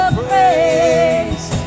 praise